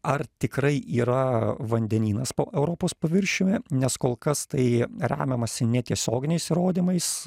ar tikrai yra vandenynas po europos paviršiumi nes kol kas tai remiamasi netiesioginiais įrodymais